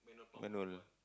when will